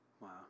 Wow